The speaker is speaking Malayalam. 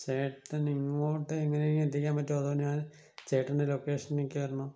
ചേട്ടനിങ്ങോട്ട് എങ്ങനെയെങ്കിലും എത്തിക്കാൻ പറ്റുമോ അതോ ഞാൻ ചേട്ടൻ്റെ ലൊക്കേഷനിലക്ക് വരണോ